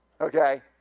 okay